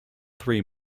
three